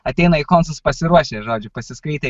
ateina į koncus pasiruošę žodžiu pasiskaitę